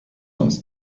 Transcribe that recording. uns